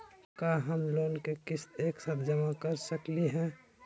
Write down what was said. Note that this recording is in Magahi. का हम लोन के किस्त एक साथ जमा कर सकली हे?